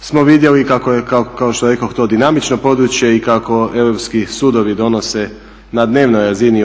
smo vidjeli kao što rekoh to dinamično područje i kako europski sudovi donose na dnevnoj razini